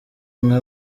nka